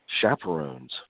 chaperones